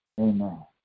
Amen